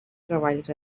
treballs